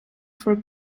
for